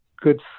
good